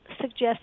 suggest